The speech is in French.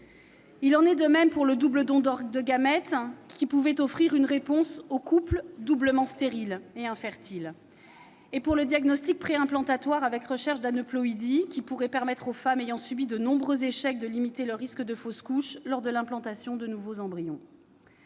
Il en est de même pour le double don de gamètes, qui pourrait offrir une réponse aux couples doublement infertiles, et pour le diagnostic préimplantatoire pour la recherche d'aneuploïdies, lequel permettrait aux femmes ayant subi de nombreux échecs de limiter les risques de fausses couches lors de l'implantation de nouveaux embryons.